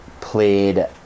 played